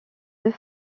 deux